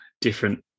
different